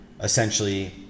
essentially